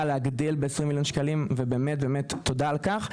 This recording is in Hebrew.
להגדיל ב-20 מיליון שקלים ותודה על כך.